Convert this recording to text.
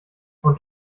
und